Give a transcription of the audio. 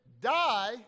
die